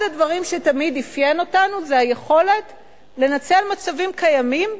אחד הדברים שתמיד אפיין אותנו זה היכולת לנצל מצבים קיימים,